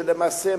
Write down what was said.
שלמעשה,